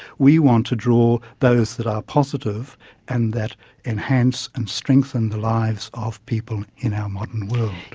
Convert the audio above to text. we want to draw those that are positive and that enhance and strengthen the lives of people in our modern world.